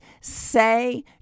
say